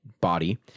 body